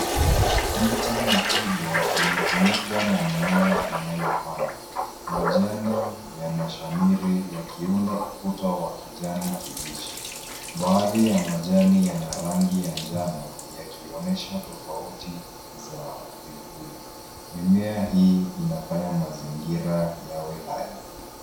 Mti mkubwa umefunikwa na mimea inayopanda. Majani yanashamiri yakiunda ukuta wa kijani kibichi. Baadhi ya majani yana rangi ya njano, yakionyesha tofauti ya vivuli. Mimea hii inafanya mazingira yawe hai.